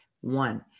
One